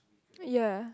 ya